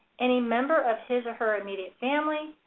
any member of his or her immediate family,